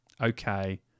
okay